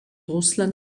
russland